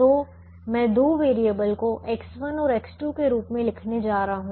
तो मैं दो वेरिएबल को X1 और X2 के रूप में लिखने जा रहा हूं